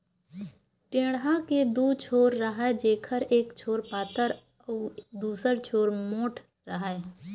टेंड़ा के दू छोर राहय जेखर एक छोर पातर अउ दूसर छोर मोंठ राहय